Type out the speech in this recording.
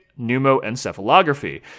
pneumoencephalography